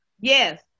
Yes